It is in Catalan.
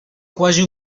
quasi